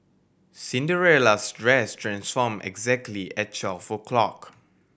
Cinderella's dress transformed exactly at twelve o' clock